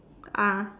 ah